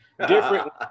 Different